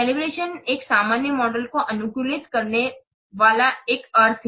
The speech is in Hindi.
केलेब्रतिओन एक सामान्य मॉडल को अनुकूलित करने वाला एक अर्थ है